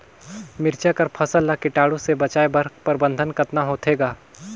मिरचा कर फसल ला कीटाणु से बचाय कर प्रबंधन कतना होथे ग?